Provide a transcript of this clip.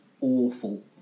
awful